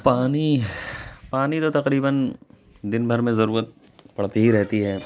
پانی پانی تو تقریباً دن بھر میں ضرورت پڑتی ہی رہتی ہے